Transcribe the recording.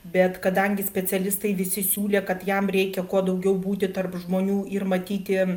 bet kadangi specialistai visi siūlė kad jam reikia kuo daugiau būti tarp žmonių ir matyti